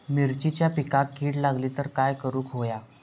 मिरचीच्या पिकांक कीड लागली तर काय करुक होया?